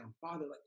Father